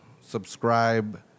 subscribe